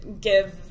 give